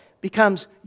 becomes